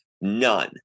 None